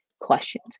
questions